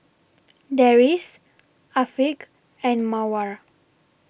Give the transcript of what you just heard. Deris Afiq and Mawar